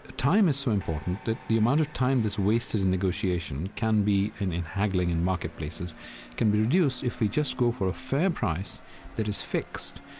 ah time is so important that the amount of time that's wasted in negotiation can be and in haggling in marketplaces can be reduced if we just go for fair price that is fixed.